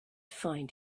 find